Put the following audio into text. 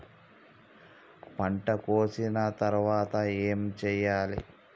పంట కోసిన తర్వాత ఏం చెయ్యాలి?